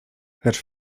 lecz